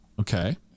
okay